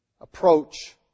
approach